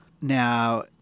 Now